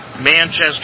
Manchester